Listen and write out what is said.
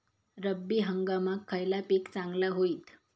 रब्बी हंगामाक खयला पीक चांगला होईत?